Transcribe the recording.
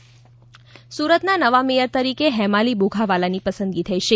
mayor સુરતના નવા mayor તરીકે હેમાલી બોઘાવાલાની પસંદગી થઇ છે